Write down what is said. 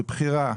זה בחירה.